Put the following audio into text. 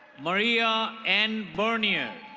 maria n burneer.